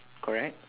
correct